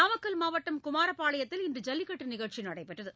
நாமக்கல் மாவட்டம் குமாரப்பாளையத்தில் இன்று ஜல்லிக்கட்டு நிகழ்ச்சி நடைபெற்றது